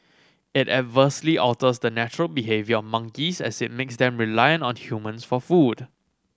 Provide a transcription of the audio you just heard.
it adversely alters the natural behaviour of monkeys as it makes them reliant on humans for food